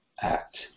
act